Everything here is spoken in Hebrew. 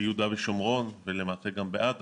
ביהודה ושומרון גם בעזה,